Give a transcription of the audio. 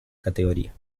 categoría